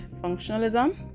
functionalism